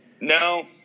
No